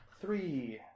three